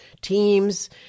teams